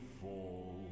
fall